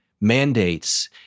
mandates